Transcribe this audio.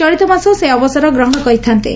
ଚଳିତମାସ ସେ ଅବସର ଗ୍ରହଣ କରିଥାନ୍ତେ